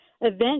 event